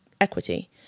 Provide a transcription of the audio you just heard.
equity